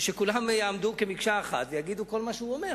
שכולם יעמדו כמקשה אחת ויגידו כל מה שהוא אומר.